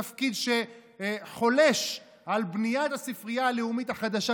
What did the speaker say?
תפקיד שחולש על בניית הספרייה הלאומית החדשה,